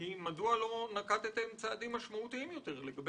מדוע לא נקטתם צעדים משמעותיים יותר לגבי